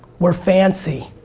we're fancy,